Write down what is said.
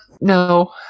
No